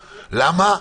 למה?